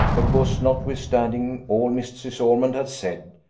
because, notwithstanding all mrs. ormond had said,